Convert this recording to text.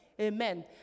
Amen